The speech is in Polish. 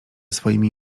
swoimi